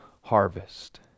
harvest